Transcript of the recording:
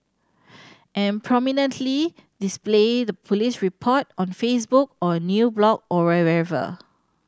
and prominently display the police report on Facebook or new blog or wherever